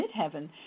midheaven